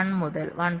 1 മുതൽ 1